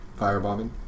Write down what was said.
Firebombing